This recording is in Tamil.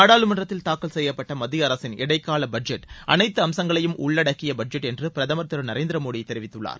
நாடாளுமன்றத்தில் தாக்கல் செய்யப்பட்ட மத்தியஅரசின் இடைக்கால பட்ஜெட் அனைத்து அம்சங்களையும் உள்ளடக்கிய பட்ஜெட் என்று பிரதமர் திரு நரேந்திரமோடி தெரிவித்துள்ளார்